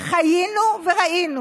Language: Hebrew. חיינו וראינו.